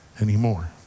anymore